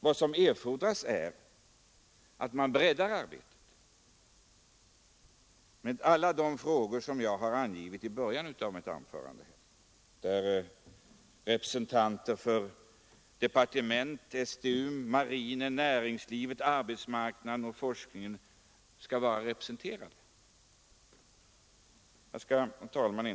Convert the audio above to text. Vad som erfordras är att man bräddar arbetet med alla de frågor som jag har angivit i början av mitt anförande, ett arbete där departement, STU, marinen, näringslivet, arbetsmarknaden och forskningen skall vara representerade. Herr talman!